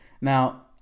Now